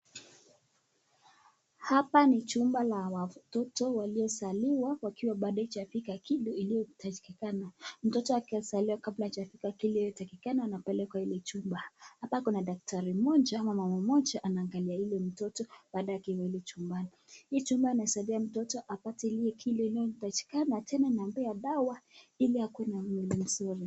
Hapa ni chumba la watoto waliozaliwa wakiwa bado haijafika kilo iliyotakikana, mtoto akizaliwa kama hajafikisha kilo iliyotakikana anapelekwa ile chumba. Hapa kuna daktari mmoja ama mama mmoja anaangalia yule mtoto baada ya kumweka ile chumbani. Hii chumba inasaidia mtoto kupata kilo inayotakikana na pia anampea dawa ili akue na mwili mzuri.